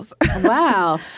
Wow